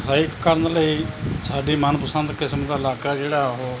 ਹਰ ਇੱਕ ਕੰਮ ਲਈ ਸਾਡੀ ਮਨਪਸੰਦ ਕਿਸਮ ਦਾ ਇਲਾਕਾ ਜਿਹੜਾ ਉਹ